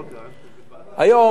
היום,